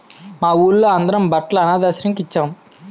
మా వూళ్ళో అందరం బట్టలు అనథాశ్రమానికి ఇచ్చేం